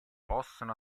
possono